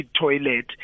toilet